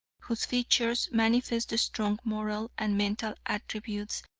whose features manifest strong moral and mental attributes,